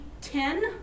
ten